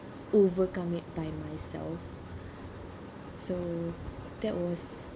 overcome it by myself so that was